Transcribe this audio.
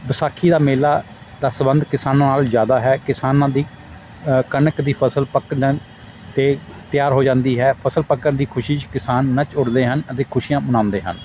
ਵਿਸਾਖੀ ਦਾ ਮੇਲਾ ਦਾ ਸੰਬੰਧ ਕਿਸਾਨਾਂ ਨਾਲ਼ ਜ਼ਿਆਦਾ ਹੈ ਕਿਸਾਨਾਂ ਦੀ ਕਣਕ ਦੀ ਫ਼ਸਲ ਪੱਕ ਜਾਣ 'ਤੇ ਤਿਆਰ ਹੋ ਜਾਂਦੀ ਹੈ ਫ਼ਸਲ ਪੱਕਣ ਦੀ ਖੁਸ਼ੀ 'ਚ ਕਿਸਾਨ ਨੱਚ ਉੱਠਦੇ ਹਨ ਅਤੇ ਖੁਸ਼ੀਆਂ ਮਨਾਉਂਦੇ ਹਨ